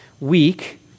week